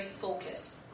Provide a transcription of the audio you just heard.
focus